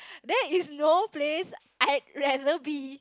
there is no place I rather be